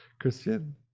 Christian